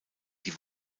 die